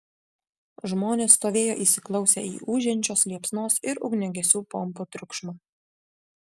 žmonės stovėjo įsiklausę į ūžiančios liepsnos ir ugniagesių pompų triukšmą